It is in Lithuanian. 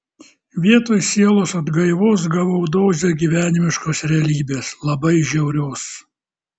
vietoj sielos atgaivos gavau dozę gyvenimiškos realybės labai žiaurios